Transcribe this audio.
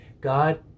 God